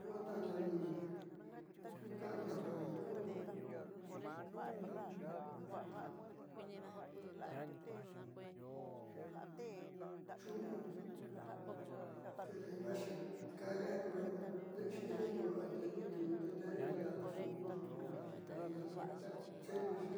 Io ta nani ka'ando ja nani ku chu'un tedivaaxi kaya ku ve'endo ne'exi idindiu'ua te niitiuu te nde'e inga lado inga lado xeenixi